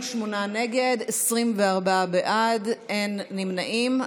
48 נגד, 24 בעד, אין נמנעים.